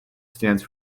stands